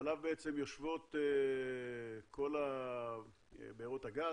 שעליו יושבות כל בארות הגז,